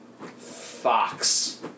Fox